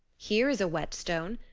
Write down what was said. here is a whetstone,